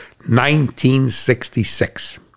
1966